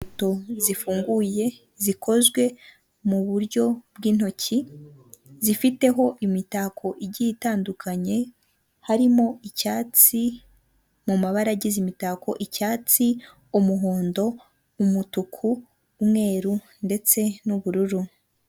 Ikweto zifunguye zikozwe muburyo bw'intoki, zifiteho imitako igiye itandukanye, harimo icyatsi mumabara agize imitako, icyatsi, umuhondo, umutuku, umweru ndetse n’ ubururu.